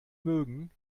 mögen